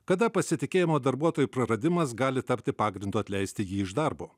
kada pasitikėjimo darbuotoju praradimas gali tapti pagrindu atleisti jį iš darbo